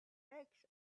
eggs